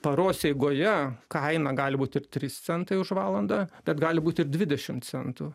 paros eigoje kaina gali būti ir trys centai už valandą bet gali būti ir dvidešim centų